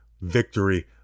victory